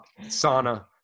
Sauna